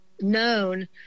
known